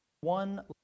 one